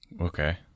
Okay